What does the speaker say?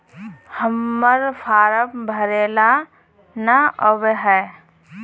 हम्मर फारम भरे ला न आबेहय?